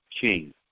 king